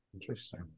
Interesting